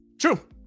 True